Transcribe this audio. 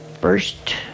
first